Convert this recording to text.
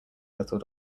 little